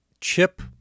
chip